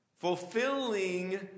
fulfilling